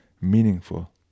meaningful